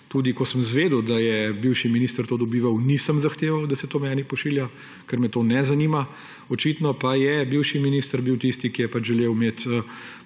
Tudi ko sem izvedel, da je bivši minister to dobival, nisem zahteval, da se to meni pošilja, ker me to ne zanima. Očitno pa je bivši minister bil tisti, ki je želel imeti